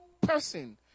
person